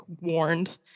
warned